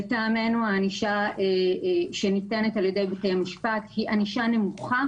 לדעתנו הענישה שניתנת על ידי בתי המשפט היא ענישה נמוכה